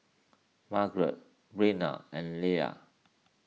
Margare Brenna and Leia